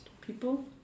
people